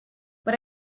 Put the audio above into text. but